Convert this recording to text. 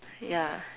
ya